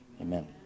amen